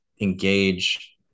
engage